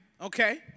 Okay